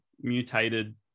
mutated